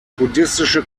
buddhistische